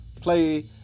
play